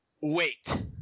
wait